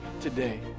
today